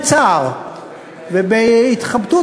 בצער ובהתחבטות,